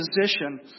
position